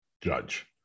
judge